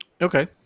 okay